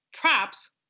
props